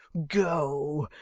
go,